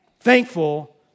thankful